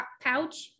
pouch